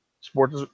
sports